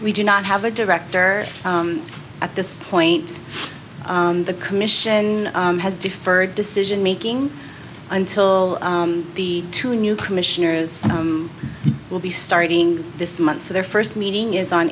we do not have a director at this point the commission has deferred decision making until the two new commissioner will be starting this month so their first meeting is on